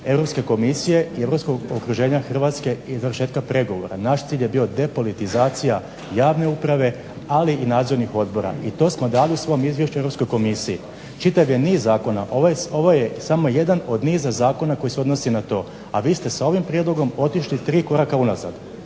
Europske komisije i zbog europskog okruženja Hrvatske i završetka pregovora. Naš cilj je bio depolitizacija javne uprave, ali i nadzornih odbora i to smo dali u svom izvješću Europskoj komisiji. Čitav je niz zakona. Ovo je samo jedan od niza zakona koji se odnosi na to. A vi ste sa ovim prijedlogom otišli tri koraka unazad.